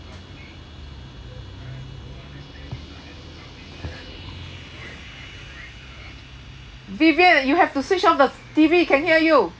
vivian you have to switch off the T_V can hear you